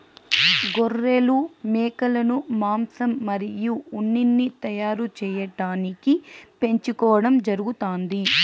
గొర్రెలు, మేకలను మాంసం మరియు ఉన్నిని తయారు చేయటానికి పెంచుకోవడం జరుగుతాంది